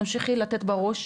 תמשיכי לתת בראש,